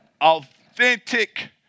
authentic